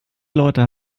leute